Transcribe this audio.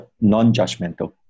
non-judgmental